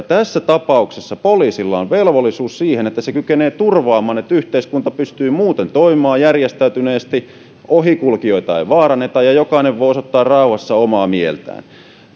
tässä tapauksessa poliisilla on velvollisuus siihen että se kykenee turvaamaan että yhteiskunta pystyy muuten toimimaan järjestäytyneesti että ohikulkijoita ei vaaranneta ja jokainen voi osoittaa rauhassa omaa mieltään onko